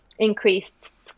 increased